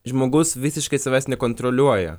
žmogus visiškai savęs nekontroliuoja